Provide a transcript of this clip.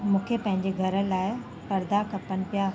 मूंखे पंहिंजे घर लाइ परदा खपनि पिया